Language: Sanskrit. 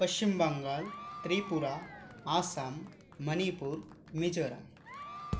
पश्चिमबङ्गाल् त्रिपुरा आस्साम् मणिपूर् मिजोराम्